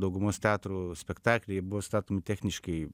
daugumos teatrų spektakliai buvo statomi techniškai